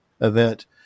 event